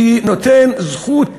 שנותן זכות